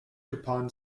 capon